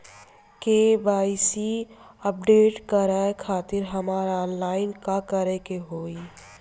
KYC update करे खातिर हमरा ऑनलाइन का करे के होई?